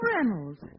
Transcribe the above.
Reynolds